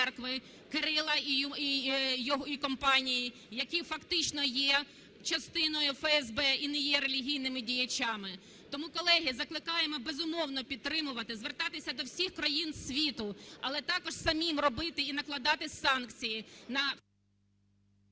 Кирила і компанії, які фактично є частиною ФСБ і не є релігійними діячами. Тому, колеги, закликаємо безумовно підтримувати, звертатися до всіх країн світу, але також самим робити і накладати санкції